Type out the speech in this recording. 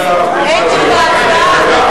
אם אין לכם מה להסתיר,